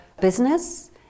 business